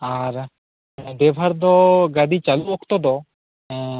ᱟᱨ ᱵᱟᱭᱵᱷᱟᱨ ᱫᱚ ᱜᱟ ᱰᱤ ᱪᱟ ᱞᱩ ᱚᱠᱛᱚ ᱫᱚ ᱮᱸ